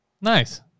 Nice